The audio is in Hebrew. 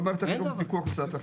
כל מערכת החינוך בפיקוח משרד החינוך.